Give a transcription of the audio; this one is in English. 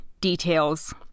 details